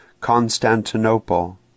Constantinople